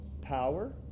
power